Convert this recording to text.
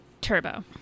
Turbo